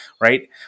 Right